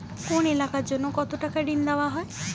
কোন এলাকার জন্য কত টাকা ঋণ দেয়া হয়?